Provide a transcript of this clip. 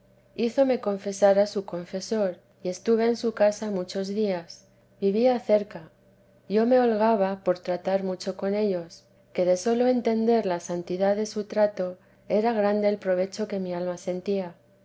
hizo me confesara su confesor y estuve en su casa muchos días vivía cerca yo me holgaba por tratar mucho con ellos que de sólo entender la santidad de su trato era grande el provecho que mi alma sentía